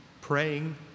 praying